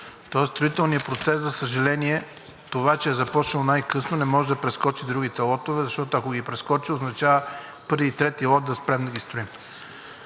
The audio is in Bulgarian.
Тоест строителният процес, за съжаление, това, че е започнал най-късно, не може да прескочи другите лотове, защото, ако ги прескочи, означава при трети лот да спрем да ги строим.